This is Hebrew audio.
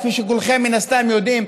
כפי שכולכם מן הסתם יודעים,